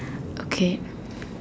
okay